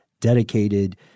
dedicated